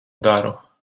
daru